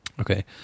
okay